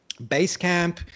Basecamp